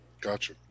Gotcha